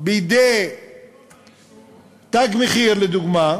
מידי "תג מחיר", לדוגמה,